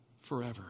forever